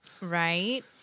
right